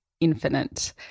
infinite